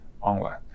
Online